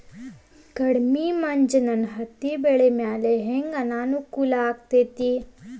ಕಡಮಿ ಮಂಜ್ ನನ್ ಹತ್ತಿಬೆಳಿ ಮ್ಯಾಲೆ ಹೆಂಗ್ ಅನಾನುಕೂಲ ಆಗ್ತೆತಿ?